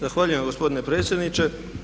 Zahvaljujem gospodine predsjedniče.